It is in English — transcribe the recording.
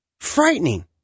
Frightening